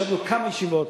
ישבנו כמה ישיבות,